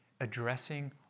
addressing